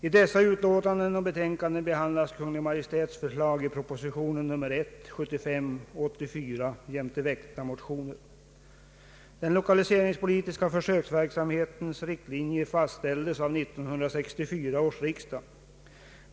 I dessa utlåtanden och i betänkandet behandlas Kungl. Maj:ts förslag i propositionerna 1, 75 och 84 jämte väckta motioner. Den = lokaliseringspolitiska försöksverksamhetens riktlinjer fastställdes vid 1964 års riksdag.